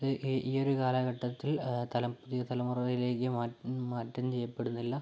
ഈ ഈ ഈയൊരു കാലഘട്ടത്തിൽ പുതിയ തലമുറയിലേക്ക് മാറ്റം ചെയ്യപ്പെടുന്നില്ല